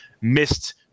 missed